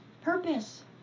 purpose